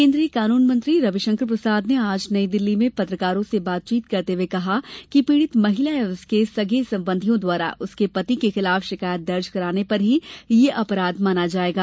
केंद्रीय कानून मंत्री रविशंकर प्रसाद ने आज नई दिल्ली में पत्रकारों से बातचीत करते हुए कहा कि पीड़ित महिला या उसके सगे संबंधियों द्वारा उसके पति के खिलाफ शिकायत दर्ज कराने पर ही यह अपराध माना जाएगा